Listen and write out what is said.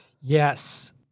Yes